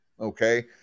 Okay